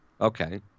Okay